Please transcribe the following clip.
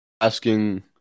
asking